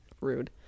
Rude